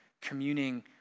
communing